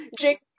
Jake